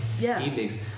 evenings